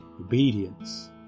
obedience